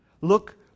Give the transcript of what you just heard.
Look